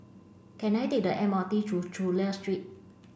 can I take the M R T to Chulia Street